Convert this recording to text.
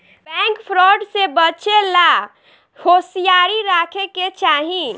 bank fraud से बचे ला होसियारी राखे के चाही